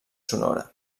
sonora